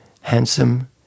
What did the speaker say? handsome